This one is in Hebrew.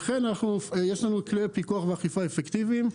לכן יש לנו כלי פיקוח ואכיפה אפקטיביים.